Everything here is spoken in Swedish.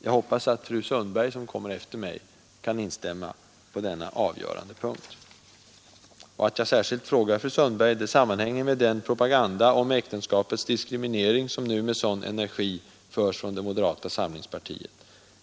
Jag hoppas att fru Sundberg, som är antecknad efter mig på talarlistan, kan instämma på denna avgörande punkt. Att jag särskilt frågar fru Sundberg sammanhänger med den propaganda om äktenskapets diskriminering som nu med sådan energi förs från moderata samlingspartiet.